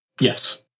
Yes